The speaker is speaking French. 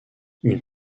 une